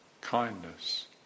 kindness